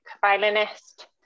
violinist